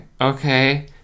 okay